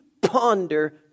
ponder